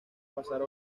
pasar